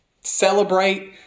celebrate